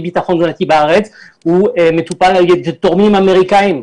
ביטחון תזונתי בארץ הוא מטופל על ידי תורמים אמריקאים.